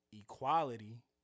equality